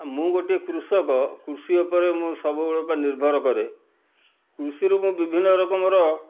ମୁଁ ଗୋଟେ କୃଷକ କୃଷି ଉପରେ ମୁଁ ସବୁବେଳ ପାଇଁ ନିର୍ଭର କରେ କୃଷିରୁ ମୁଁ ବିଭିନ୍ନ ରକମର